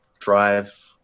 drive